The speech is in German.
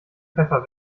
pfeffer